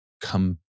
come